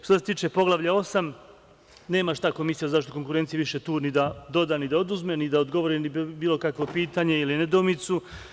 Što se tiče Poglavlja 8, nema šta Komisija za zaštitu konkurencije više tu ni da doda, ni da oduzme, ni da odgovori na bilo kakvo pitanje ili nedoumicu.